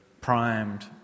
primed